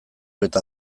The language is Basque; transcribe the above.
eta